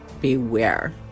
beware